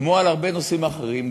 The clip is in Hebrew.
כמו בהרבה נושאים אחרים,